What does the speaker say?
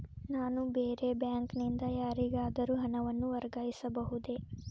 ನಾನು ಬೇರೆ ಬ್ಯಾಂಕ್ ನಿಂದ ಯಾರಿಗಾದರೂ ಹಣವನ್ನು ವರ್ಗಾಯಿಸಬಹುದೇ?